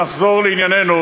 ונחזור לעניינו,